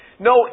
No